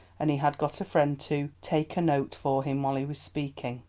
and he had got a friend to take a note for him while he was speaking.